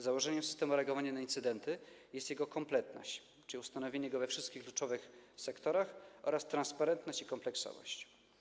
Założeniem systemu reagowania na incydenty jest jego kompletność, czyli ustanowienie go we wszystkich kluczowych sektorach, oraz transparentność i kompleksowość.